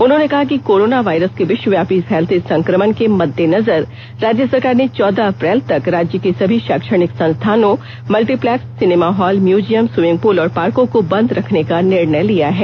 उन्होंने कहा कि कोरोना वायरस के विष्वव्यापी फैलते संक्रमण के मददेनजर राज्य सरकार ने चौदह अप्रैल तक राज्य के सभी शैक्षणिक संस्थानों multiplex cinema hall museum swimming pool और पार्को को बंद रखने का निर्णय लिया है